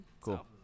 Cool